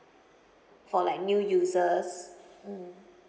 for like new users mm